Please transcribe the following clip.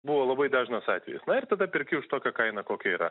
buvo labai dažnas atvejis ir tada perki už tokią kainą kokia yra